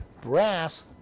brass